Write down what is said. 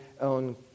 own